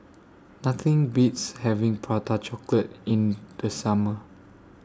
Nothing Beats having Prata Chocolate in The Summer